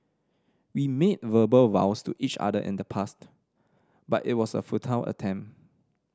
we made verbal vows to each other in the past but it was a futile attempt